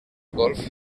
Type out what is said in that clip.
golf